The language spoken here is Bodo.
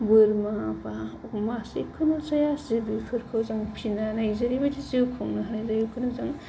बोरमा बा अमा जिखुनुजाया जिब बेफोरखौ जों फिसिनानै जेरैबायदि जिउ खुंनो हायो बेखौनो जों